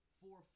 four